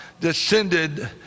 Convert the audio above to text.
descended